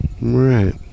Right